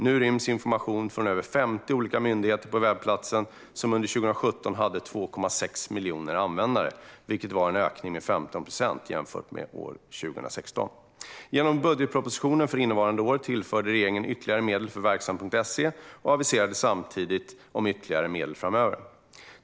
Nu ryms information från över 50 olika myndigheter på webbplatsen, som under 2017 hade 2,6 miljoner användare. Det var en ökning med 15 procent jämfört med 2016. Genom budgetpropositionen för innevarande år tillförde regeringen ytterligare medel för verksamt.se och aviserade samtidigt om ytterligare medel framöver.